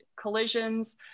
collisions